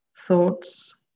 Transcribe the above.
thoughts